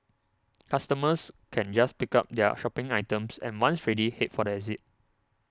customers can just pick up their shopping items and once ready head for the exit